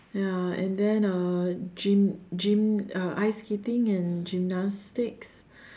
ya and then uh gym gym uh ice skating and gymnastics